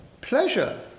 pleasure